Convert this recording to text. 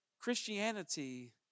Christianity